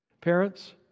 Parents